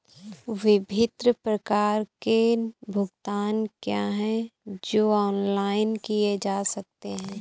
विभिन्न प्रकार के भुगतान क्या हैं जो ऑनलाइन किए जा सकते हैं?